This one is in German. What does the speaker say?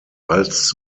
als